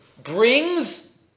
Brings